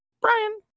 Brian